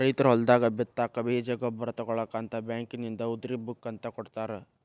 ರೈತರು ಹೊಲದಾಗ ಬಿತ್ತಾಕ ಬೇಜ ಗೊಬ್ಬರ ತುಗೋಳಾಕ ಅಂತ ಬ್ಯಾಂಕಿನಿಂದ ಉದ್ರಿ ಬುಕ್ ಅಂತ ಕೊಡತಾರ